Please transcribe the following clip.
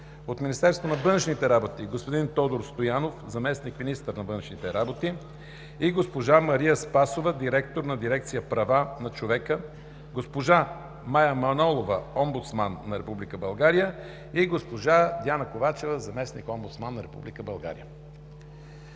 от Министерството на външните работи: господин Тодор Стоянов – заместник-министър на външните работи, и госпожа Мария Спасова – директор на дирекция „Права на човека“; госпожа Мая Манолова – омбудсман на Република България, и госпожа Диана Ковачева – заместник-омбудсман.